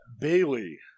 Bailey